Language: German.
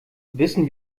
wissen